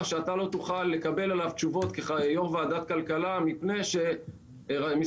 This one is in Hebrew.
שאתה לא תוכל לקבל עליו תשובות כיושב ראש ועדת הכלכלה